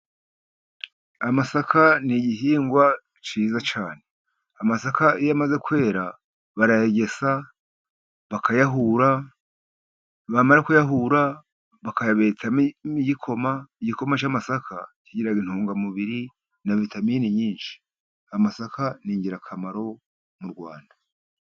Amasaka ni igihingwa cyiza cyane. Amasaka iyo amaze kwera barayagesa, bakayahura, bamara kuyahura bakayabetamo igikoma. Igikoma cy'amasaka kigira intungamubiri na vitaminini nyinshi. Amasaka ni ingirakamaro mu Rwanda.